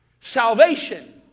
salvation